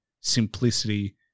simplicity